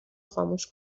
خاموش